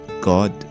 God